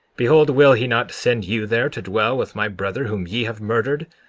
behold will he not send you there to dwell with my brother whom ye have murdered,